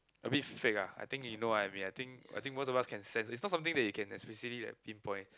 a bit fake ah I think you know what I mean I think I think most of us can sense is not something that you can especially like pin point